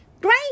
Great